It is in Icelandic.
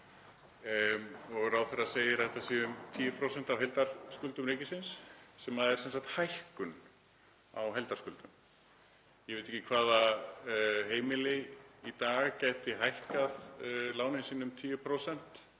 Ráðherra segir að þetta séu um 10% af heildarskuldum ríkisins sem er hækkun á heildarskuldum. Ég veit ekki hvaða heimili í dag gæti hækkað lánin sín um 10%